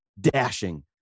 dashing